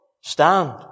stand